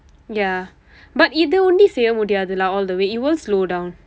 ya but இது ஒன்னு மட்டும் செய்ய முடியாது:ithu onnu matdum seyya mudiyaathu lah all the way it will slow down